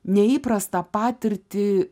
neįprastą patirtį